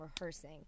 rehearsing